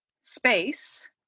space